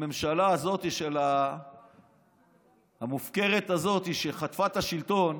הממשלה הזאת, המופקרת הזאת, שחטפה את השלטון,